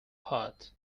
heart